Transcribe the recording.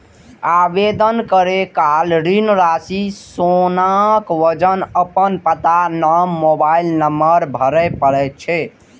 आवेदन करै काल ऋण राशि, सोनाक वजन, अपन पता, नाम, मोबाइल नंबर भरय पड़ै छै